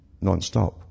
non-stop